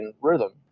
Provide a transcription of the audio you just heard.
rhythm